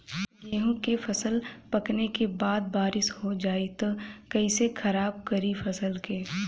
गेहूँ के फसल पकने के बाद बारिश हो जाई त कइसे खराब करी फसल के?